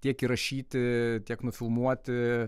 tiek įrašyti tiek nufilmuoti